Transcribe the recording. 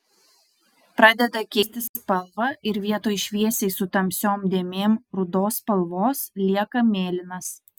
pradeda keisti spalvą ir vietoj šviesiai su tamsiom dėmėm rudos spalvos lieka mėlynas